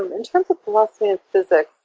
um in terms of philosophy and physics,